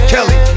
Kelly